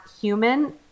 human